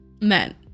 men